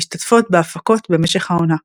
המשתתפות בהפקות במשך העונה.